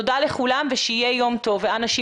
תודה לכולם ושיהיה יום טוב ואנא שימרו על עצמכם.